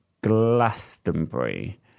Glastonbury